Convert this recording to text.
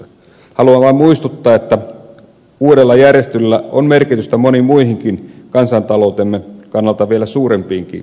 haluan vain muistuttaa että uudella järjestelyllä on merkitystä moniin muihinkin kansantaloutemme kannalta vielä suurempiinkin haasteisiin